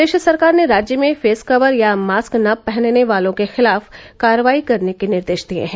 प्रदेश सरकार ने राज्य में फेस कवर या मास्क न पहनने वालों के खिलाफ कार्रवाई करने के निर्देश दिये हैं